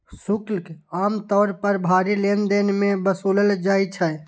शुल्क आम तौर पर भारी लेनदेन मे वसूलल जाइ छै